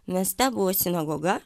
mieste buvo sinagoga